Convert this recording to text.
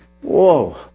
Whoa